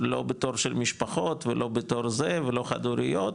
לא בתור של משפחות ולא בתור זה ולא חד הוריות,